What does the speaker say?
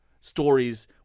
stories